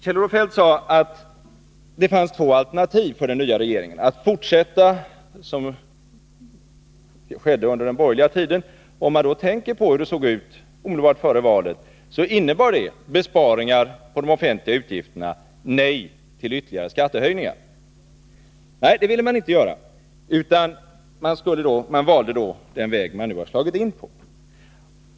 Kjell-Olof Feldt sade att det fanns två alternativ för den nya regeringen. Det ena alternativet var att fortsätta på det sätt som skedde under den borgerliga tiden. Om man då tänker på hur det såg ut omedelbart före valet, så innebar det besparingar på de offentliga utgifterna och ett nej till ytterligare skattehöjningar. Men så ville man inte gå till väga, utan man valde i stället den väg man nu har slagit in på.